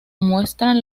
muestran